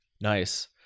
Nice